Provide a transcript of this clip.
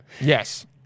Yes